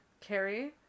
Carrie